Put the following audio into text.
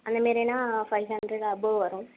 அந்த Marina five hundred above வரும்